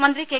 മന്ത്രി കെ